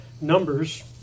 Numbers